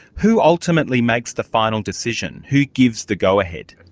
who ultimately makes the final decision? who gives the go-ahead?